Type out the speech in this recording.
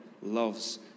loves